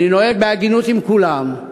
אני נוהג בהגינות עם כולם.